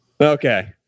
Okay